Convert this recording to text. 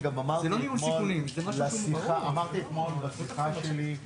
לא משנה ימין או שמאל ולא משנה מי היה